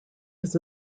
his